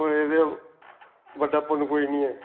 और एह्दे बड्डा पुन्न कोई नी ऐ